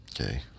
Okay